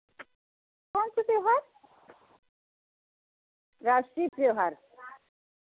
कौन से त्योहार राष्ट्रीय त्योहार